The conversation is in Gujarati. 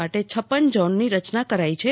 માટે પહ ઝોનની રચના કરાઇ છે